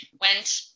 went